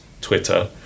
twitter